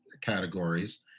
categories